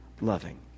loving